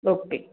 okay